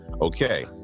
Okay